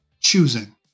choosing